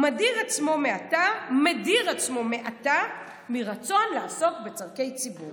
"מדיר עצמו מעתה מרצון לעסוק בצורכי ציבור".